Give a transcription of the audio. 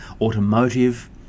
automotive